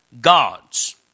God's